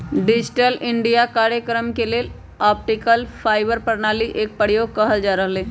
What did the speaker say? digital India काजक्रम लेल optical fibre प्रणाली एक प्रयोग कएल जा रहल हइ